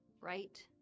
Right